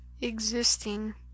Existing